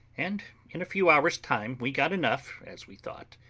and in a few hours' time we got enough, as we thought,